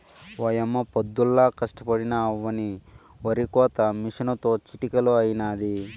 ఓయమ్మ పొద్దుల్లా కష్టపడినా అవ్వని ఒరికోత మిసనుతో చిటికలో అయినాది